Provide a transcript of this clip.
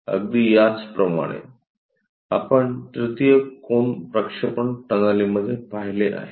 अगदी याचप्रमाणे आपण तृतीय कोन प्रक्षेपण प्रणालीमध्ये पाहिले आहे